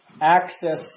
access